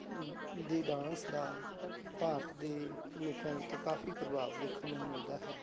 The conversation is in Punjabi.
ਦੇ ਡਾਂਸ ਦਾ ਭਾਰਤ ਦੇ ਲੋਕਾਂ ਉੱਤੇ ਕਾਫ਼ੀ ਪ੍ਰਭਾਵ ਦੇਖਣ ਨੂੰ ਮਿਲਦਾ ਹੈ